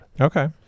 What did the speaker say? okay